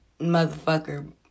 motherfucker